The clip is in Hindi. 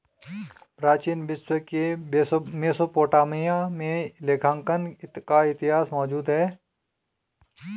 प्राचीन विश्व के मेसोपोटामिया में लेखांकन का इतिहास मौजूद है